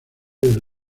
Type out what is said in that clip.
del